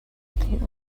can